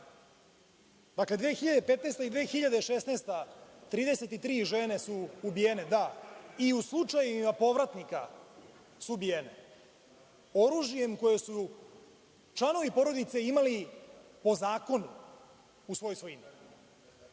Dakle, 2015. i 2016. godina – 33 žene su ubijene i u slučajevima povratnika su ubijene oružjem koje su članovi porodice imali po zakonu u svojoj